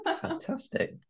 Fantastic